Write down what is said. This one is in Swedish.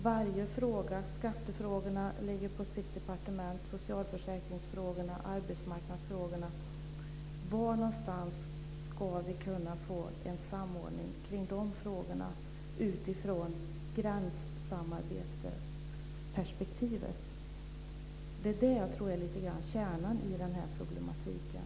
Varje fråga ligger på sitt departement. Det gäller skattefrågorna, socialförsäkringsfrågorna och arbetsmarknadsfrågorna. Var någonstans ska vi kunna få en samordning kring de frågorna utifrån gränssamarbetsperspektivet? Det är det jag tror lite grann är kärnan i den här problematiken.